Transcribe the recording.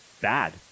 bad